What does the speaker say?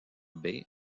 baie